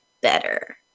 better